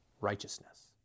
righteousness